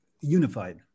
unified